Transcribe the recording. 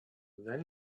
then